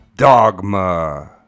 Dogma